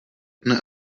dne